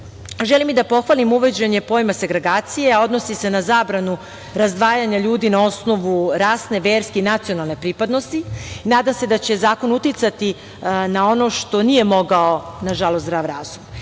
deci. Želim i da pohvalim uvođenje pojma – segregacija, a odnosi se na zabranu razdvajanja ljudi na osnovu rasne, verske i nacionalne pripadnosti. Nadam se da će zakon uticati na ono što nije mogao zdrav razum. Jedan